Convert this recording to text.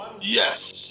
Yes